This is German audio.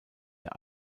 der